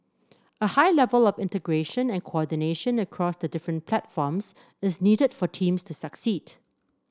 a high level of integration and coordination across the different platforms is needed for teams to succeed